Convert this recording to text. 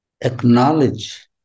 Acknowledge